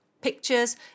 pictures